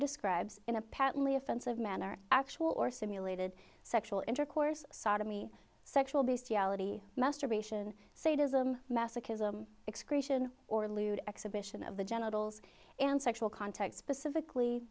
describes in a patently offensive manner actual or simulated sexual intercourse sodomy sexual based masturbation sadism masochism excretion or lewd exhibition of the genitals and sexual contact specifically